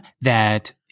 that-